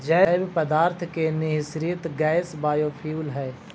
जैव पदार्थ के निःसृत गैस बायोफ्यूल हई